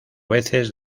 veces